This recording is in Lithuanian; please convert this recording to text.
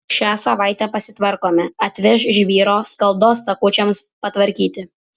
šią savaitę pasitvarkome atveš žvyro skaldos takučiams patvarkyti